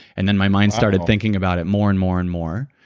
and then my mind started thinking about it more and more and more,